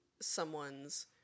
Someone's